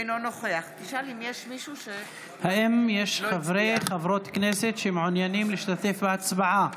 אינו נוכח האם יש חברי או חברות כנסת שמעוניינים להשתתף בהצבעה?